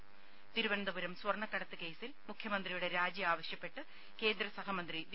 ത തിരുവനന്തപുരം സ്വർണ്ണക്കടത്ത് കേസിൽ മുഖ്യമന്ത്രിയുടെ രാജി ആവശ്യപ്പെട്ട് കേന്ദ്രസഹമന്ത്രി വി